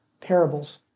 parables